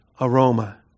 aroma